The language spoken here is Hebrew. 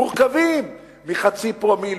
מורכבים מחצי פרומיל,